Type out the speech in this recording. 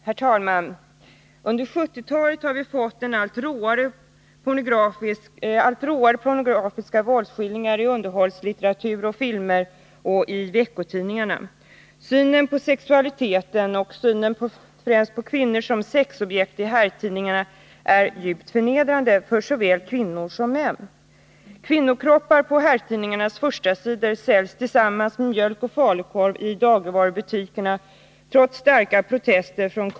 Herr talman! Under 1970-talet har vi fått allt råare pornografiska våldsskildringar i underhållningslitteratur och film och i veckotidningarna. Synen på sexualiteten, synen på främst kvinnor som sexobjekt i herrtidningarna är djupt förnedrande. Herrtidningar med kvinnokroppar på förstasidorna säljs tillsammans med mjölk och falukorv i dagligvarubutikerna trots starka protester.